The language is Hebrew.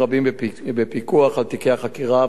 בפיקוח על תיקי חקירה ועבריינים.